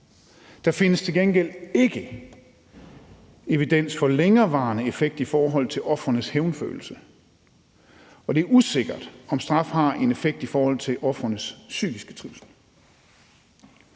Der findes til gengæld ikke evidens for en længerevarende effekt i forhold til ofrenes hævnfølelse, og det er usikkert, om straf har en effekt i forhold til ofrenes psykiske trivsel.«